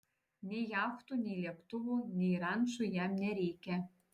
nei jachtų nei lėktuvų nei rančų jam nereikia